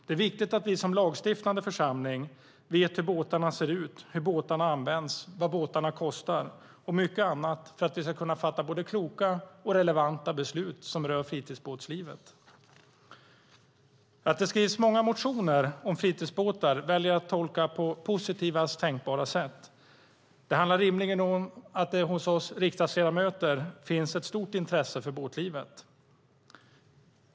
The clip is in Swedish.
Det är viktigt att vi som lagstiftande församling vet hur båtarna ser ut, hur de används, vad de kostar och mycket annat för att vi ska kunna fatta både kloka och relevanta beslut som rör fritidsbåtslivet. Att det skrivs många motioner om fritidsbåtar väljer jag att tolka på positivast tänkbara sätt. Det handlar rimligen om att det även hos oss riksdagsledamöter finns ett stort intresse för båtlivet.